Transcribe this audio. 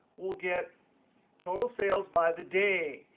we'll get total sales by the day.